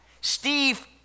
Steve